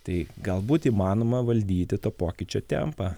tai galbūt įmanoma valdyti to pokyčio tempą